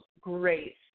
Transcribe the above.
great